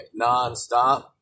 nonstop